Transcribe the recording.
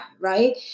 right